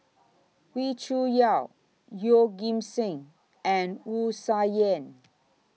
Wee Cho Yaw Yeoh Ghim Seng and Wu Tsai Yen